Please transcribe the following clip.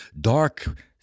dark